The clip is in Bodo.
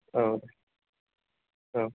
औ औ